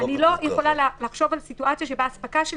אני לא יכולה לחשוב על סיטואציה שבה אספקה של